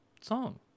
song